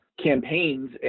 Campaigns